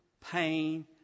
pain